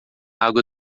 água